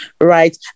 right